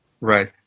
right